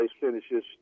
finishes